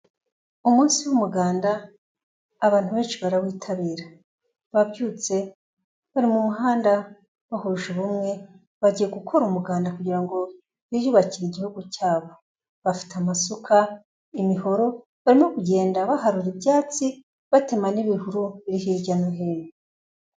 Umunsi w'umuganda abantu benshi barawitabira, babyutse bari mu muhanda bahuje ubumwe bagiye gukora umuganda kugira ngo biyubakire igihugu cyabo, bafite amasuka, imihoro barimo kugenda baharura ibyatsi batema n'ibihuru biri hirya no hino.